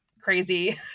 crazy